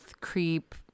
creep